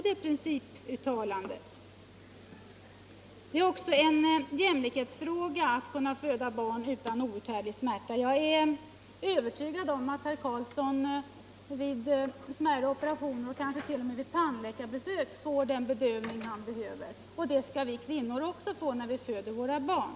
Det är också en jämlikhetsfråga att kunna föda barn utan outhärdlig smärta. Jag är övertygad om att herr Karlsson vid smärre operationer, eller t.o.m. vid tandläkarbesök, får den bedövning han behöver. Det skall vi kvinnor också få när vi föder våra barn.